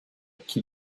qui